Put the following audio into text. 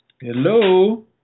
Hello